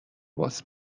باس